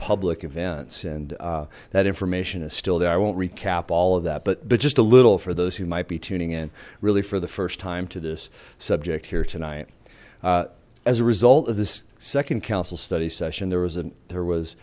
public events and that information is still there i won't recap all of that but but just a little for those who might be tuning in really for the first time to this subject here tonight as a result of this second council study session there was a there was